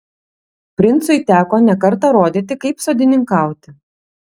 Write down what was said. princui teko ne kartą rodyti kaip sodininkauti